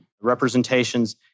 representations